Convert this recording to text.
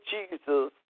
Jesus